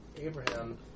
Abraham